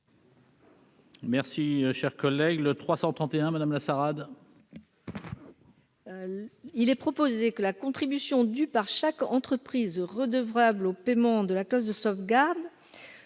Merci, cher collègue, le 331 madame Lassaad. Il est proposé que la contribution due par chaque entreprise redevable au paiement de la clause de sauvegarde